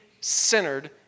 centered